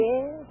Yes